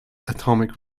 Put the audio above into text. atomic